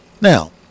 Now